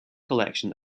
collection